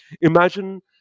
Imagine